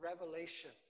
revelation